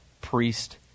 priest